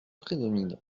prédomine